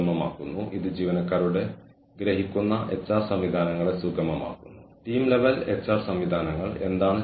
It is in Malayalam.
നമ്മൾക്ക് ഉള്ളതും ഇനി ആവശ്യമില്ലാത്തതുമായ പക്ഷേ പണം നൽകുന്നതുമായ കഴിവുകൾ മാറ്റിസ്ഥാപിക്കുക അല്ലെങ്കിൽ പരിഷ്ക്കരിക്കുക അല്ലെങ്കിൽ ആ കഴിവുകൾ ഇല്ലാതാക്കുക